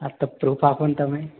હા તો પ્રૂફ આપો ને તમે